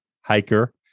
hiker